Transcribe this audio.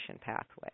pathway